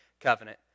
covenant